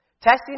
Testing